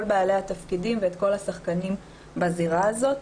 בעלי התפקידים ואת כל השחקנים בזירה הזאת.